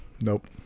nope